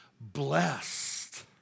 Blessed